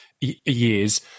years